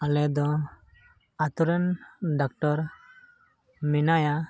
ᱟᱞᱮ ᱫᱚ ᱟᱹᱛᱩ ᱨᱮᱱ ᱰᱟᱠᱴᱚᱨ ᱢᱮᱱᱟᱭᱟ